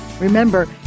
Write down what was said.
Remember